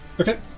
Okay